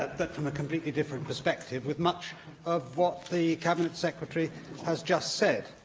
but from a completely different perspective, with much of what the cabinet secretary has just said.